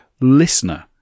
listener